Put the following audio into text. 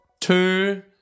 two